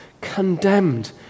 condemned